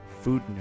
food